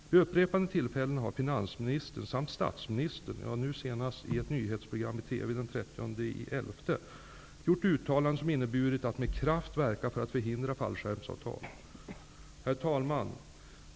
Vid upprepade tillfällen har finansministern samt statsministern, nu senast i ett nyhetsprogram i TV den 30 november, gjort uttalanden som inneburit att man med kraft skall verka för att förhindra fallskärmsavtal. Herr talman!